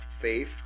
faith